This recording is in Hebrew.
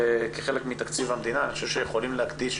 כחלק מתקציב המדינה, אני חושב שיכולים להקדיש